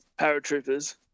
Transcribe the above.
paratroopers